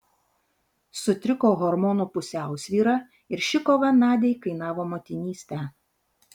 sutriko hormonų pusiausvyra ir ši kova nadiai kainavo motinystę